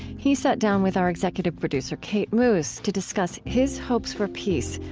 he sat down with our executive producer, kate moos, to discuss his hopes for peace,